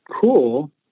cool